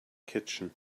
kitchen